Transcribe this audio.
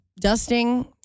dusting